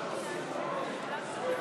הכנסת, נא להקשיב,